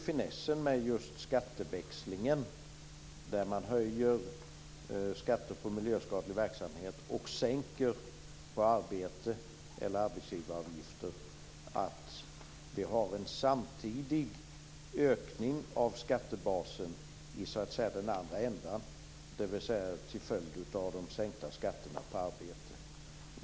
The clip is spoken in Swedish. Finessen med skatteväxling är att höja skatten på miljöskadlig verksamhet och sänka skatten på arbete och arbetsgivaravgifter. Då blir det en samtidig ökning av skattebasen i den andra ändan, dvs. till följd av de sänkta skatterna på arbete.